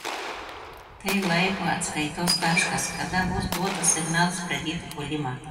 tai laiko atskaitos taškas kada bus duotas signalas pradėti puolimą